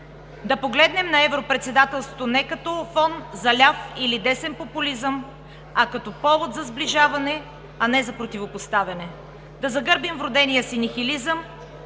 Да погледнем на европредседателството не като фон за ляв или десен популизъм, а като повод за сближаване, а не за противопоставяне. Да загърбим вродения си нихилизъм,